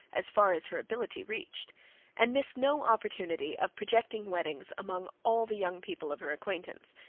as far as her ability reached and missed no opportunity of projecting weddings among all the young people of her acquaintance.